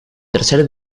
tercer